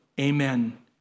Amen